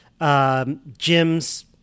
Gyms